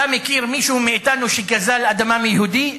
אתה מכיר מישהו מאתנו שגזל אדמה מיהודי?